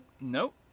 Nope